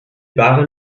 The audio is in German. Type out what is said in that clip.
wahre